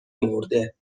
مرده